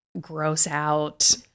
gross-out